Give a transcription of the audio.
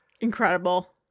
Incredible